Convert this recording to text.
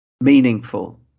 meaningful